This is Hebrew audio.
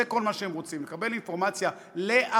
זה כל מה שהם רוצים: לקבל אינפורמציה לעבודתם